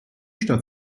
stadt